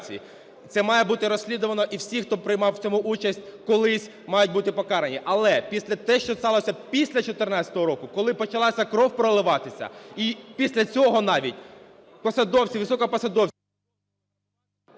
це має бути розслідувано, і всі, хто приймав в цьому участь колись, мають бути покарані. Але те, що сталося після 2014 року, коли почалася кров проливатися, і після цього навіть посадовці, високопосадовці…